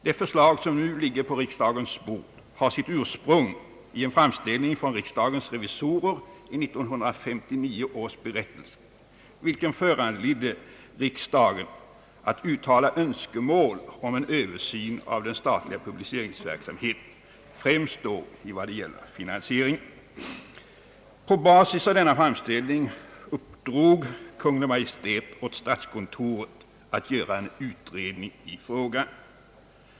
Det förslag som nu ligger på riksdagens bord har sitt ursprung i en framställning från riksdagens revisorer i 1959 års berättelse, vilken föranledde riksdagen att uttala önskemål om en översyn av den statliga publiceringsverksamheten främst när det gäller finansieringen. På basis av denna framställning uppdrog Kungl. Maj:t åt statskontoret att göra en utredning i frågan.